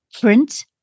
print